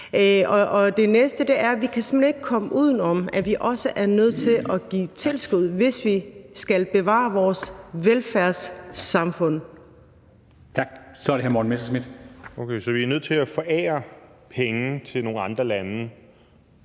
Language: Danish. ikke kan komme uden om, at vi også er nødt til at give tilskud, hvis vi skal bevare vores velfærdssamfund.